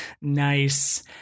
Nice